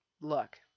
Look